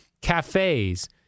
cafes